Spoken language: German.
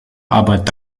arbeit